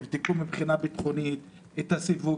תבדקו מבחינה ביטחונית את הסיווג,